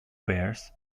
bears